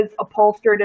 upholstered